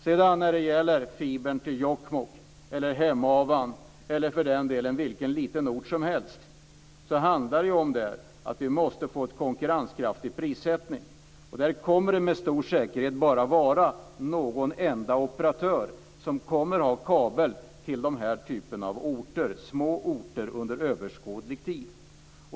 Sedan tänkte jag ta upp detta med fiber till Jokkmokk, Hemavan eller för den delen vilken liten ort som helst. Där handlar det om att vi måste få en konkurrenskraftig prissättning. Det kommer med stor säkerhet bara att vara någon enda operatör som kommer att ha kabel till den här typen av orter, små orter, under överskådlig tid.